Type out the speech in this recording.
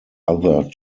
other